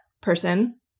person